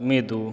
medu